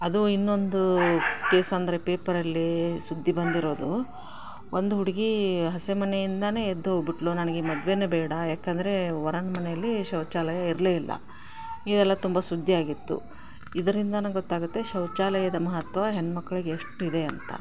ಅದು ಇನ್ನೊಂದು ಕೇಸ್ ಅಂದರೆ ಪೇಪರಲ್ಲಿ ಸುದ್ದಿ ಬಂದಿರೋದು ಒಂದು ಹುಡುಗಿ ಹಸೆಮಣೆಯಿಂದಲೇ ಎದ್ದೋಗಿಬಿಟ್ಲು ನನಗೆ ಈ ಮದುವೆನೆ ಬೇಡ ಯಾಕಂದರೆ ವರನ ಮನೆಯಲ್ಲಿ ಶೌಚಾಲಯ ಇರಲೇ ಇಲ್ಲ ಇದೆಲ್ಲ ತುಂಬ ಸುದ್ದಿಯಾಗಿತ್ತು ಇದ್ರಿಂದಲೇ ಗೊತ್ತಾಗುತ್ತೆ ಶೌಚಾಲಯದ ಮಹತ್ವ ಹೆಣ್ಣುಮಕ್ಳಿಗೆ ಎಷ್ಟು ಇದೆ ಅಂತ